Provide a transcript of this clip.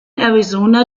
arizona